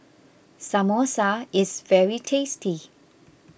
Samosa is very tasty